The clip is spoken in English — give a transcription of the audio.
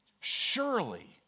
Surely